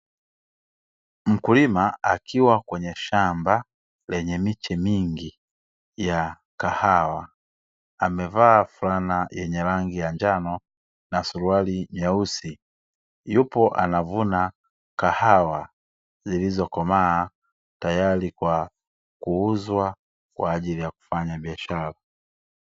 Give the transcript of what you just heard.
Mkulima akiwa kwenye shamba lenye miche mingi ya kahawa, amevaa fulana yenye rangi ya njano na suruali nyeusi, yupo anavuna kahawa zilizokomaa, tayari kwa kuuzwa kwa ajili ya kufanya biashara.